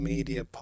Media